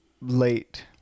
late